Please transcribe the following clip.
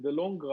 בטווח הארוך,